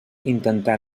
intentà